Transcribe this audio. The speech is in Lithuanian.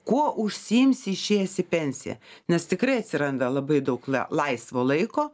kuo užsiimsi išėjęs į pensiją nes tikrai atsiranda labai daug laisvo laiko